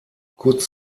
kurz